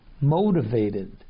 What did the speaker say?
motivated